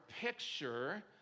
picture